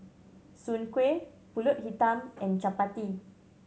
Soon Kuih Pulut Hitam and chappati